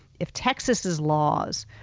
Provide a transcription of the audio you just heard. if texas's laws,